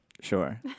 Sure